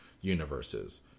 universes